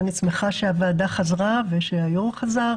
אני שמחה שהוועדה חזרה ושהיו"ר חזר